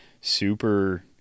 super